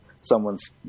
someone's